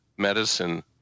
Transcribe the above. medicine